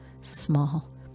small